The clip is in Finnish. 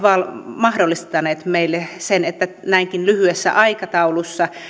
mahdollistaneet meille sen että näinkin lyhyessä aikataulussa